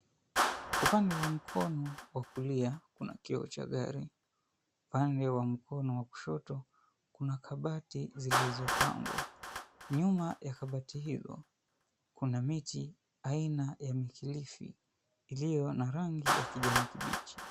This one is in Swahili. Upande wa mkono wa kulia kuna kioo cha gari. Upande wa mkono wa kushoto kuna kabati zilizopangwa. Nyuma ya kabati hizo kuna miti aina ya mkilifi iliyo na rangi ya kijani kibichi.